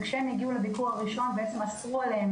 וכשהם הגיעו לביקור הראשון אסרו עליהם